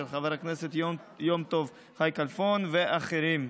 של חבר הכנסת יום טוב חי כלפון ואחרים,